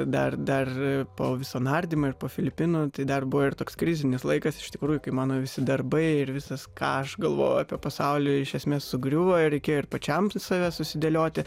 dar dar po viso nardymą ir po filipinų tai dar buvo ir toks krizinis laikas iš tikrųjų kai mano visi darbai ir viskas ką aš galvojau apie pasaulį iš esmės sugriuvo ir reikėjo ir pačiam save susidėlioti